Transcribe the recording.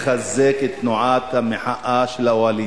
לחזק את תנועת המחאה של האוהלים,